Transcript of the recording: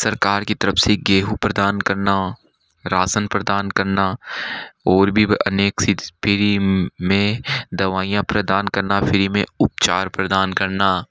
सरकार की तरफ़ से गेहूँ प्रदान करना राशन प्रदान करना और भी अनेक सी में दवाइयाँ प्रदान करना फ़्री में उपचार प्रदान करना